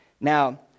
Now